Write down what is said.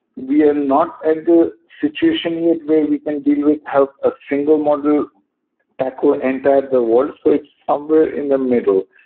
we are not at the situation yet where we can deal with have a single model tackle, ah enter at the world. so it's somewhere in the middle.